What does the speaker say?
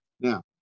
Now